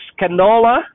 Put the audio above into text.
canola